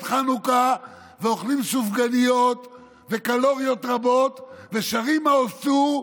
חנוכה ואוכלים סופגניות וקלוריות רבות ושרים מעוז צור,